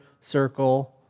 circle